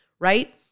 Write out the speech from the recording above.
right